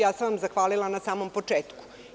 Ja sam vam zahvalila na samom početku.